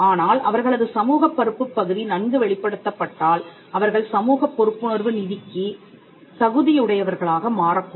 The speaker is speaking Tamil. ஆனால் அவர்களது சமூகப் பொறுப்புப் பகுதி நன்கு வெளிப்படுத்தப்பட்டால் அவர்கள் சமூகப் பொறுப்புணர்வு நிதிக்குத் தகுதியுடையவர்களாக மாறக்கூடும்